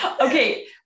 Okay